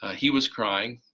he was crying,